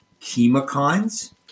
chemokines